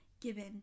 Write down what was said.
given